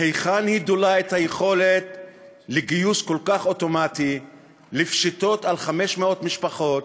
מהיכן היא דולה את היכולת לגיוס כל כך אוטומטי לפשיטות על 500 משפחות?